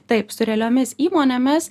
taip su realiomis įmonėmis